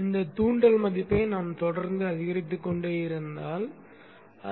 இந்த தூண்டல் மதிப்பை நாம் தொடர்ந்து அதிகரித்துக் கொண்டே இருந்தால்